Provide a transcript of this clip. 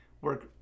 work